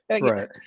right